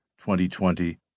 2020